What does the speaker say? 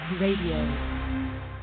radio